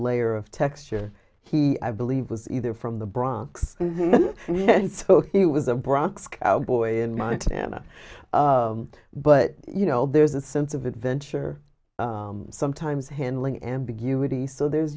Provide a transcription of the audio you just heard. layer of texture he i believe was either from the bronx and so he was a bronx cowboy in montana but you know there's a sense of adventure sometimes handling ambiguity so there's